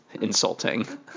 insulting